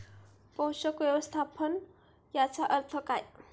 पोषक व्यवस्थापन याचा अर्थ काय?